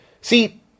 see